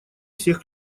всех